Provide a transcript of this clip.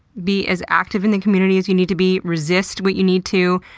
be as active in the community as you need to be, resist what you need to,